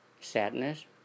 sadness